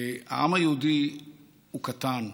העם היהודי הוא קטן,